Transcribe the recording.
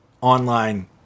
online